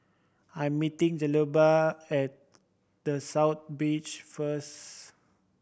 I'm meeting Zenobia at The South Beach first